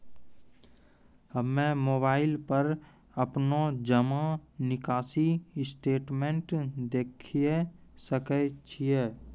हम्मय मोबाइल पर अपनो जमा निकासी स्टेटमेंट देखय सकय छियै?